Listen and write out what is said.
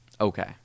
Okay